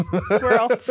Squirrel